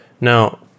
Now